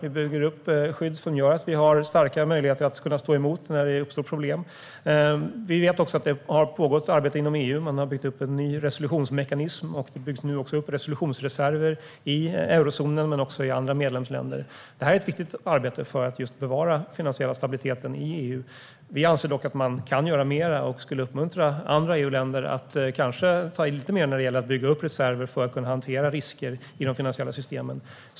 Vi bygger upp skydd som gör att vi har starka möjligheter att kunna stå emot när det uppstår problem. Vi vet också att det har pågått arbete inom EU. Man har byggt upp en ny resolutionsmekanism. Det byggs nu upp resolutionsreserver i eurozonen men också i andra medlemsländer. Det är ett viktigt arbete för att bevara den finansiella stabiliteten i EU. Vi anser dock att man kan göra mera och skulle uppmuntra andra EU-länder att kanske ta i lite mer när det gäller att bygga upp reserver för att kunna hantera risker i de finansiella systemen.